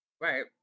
right